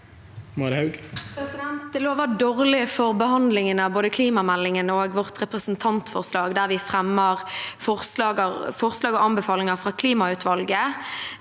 Det lover dårlig for behandlingen både av klimameldingen og av vårt representantforslag, der vi fremmer forslag og anbefalinger fra klimautvalget,